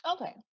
Okay